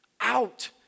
out